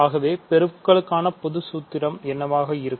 ஆகவே பெருக்கலுக்கான பொதுவான சூத்திரம் என்னவாக இருக்கும்